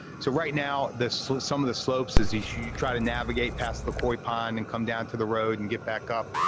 so, right now, so some of the slopes, as you try to navigate past the koi pond and come down to the road and get back up,